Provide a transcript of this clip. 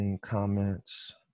comments